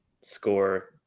score